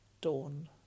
dawn